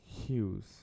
Hughes